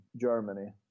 Germany